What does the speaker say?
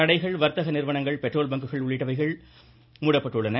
கடைகள் வர்த்தக நிறுவனங்கள் பெட்ரோல் பங்குகள் உள்ளிட்டவைகள் மூடப்பட்டுள்ளன